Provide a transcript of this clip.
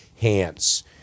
hands